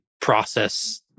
process